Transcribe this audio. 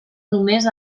només